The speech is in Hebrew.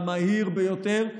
המהיר ביותר.